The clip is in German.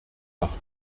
nach